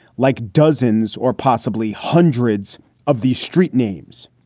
like dozens or possibly hundreds of these street names.